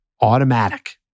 automatic